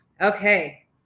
okay